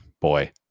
boy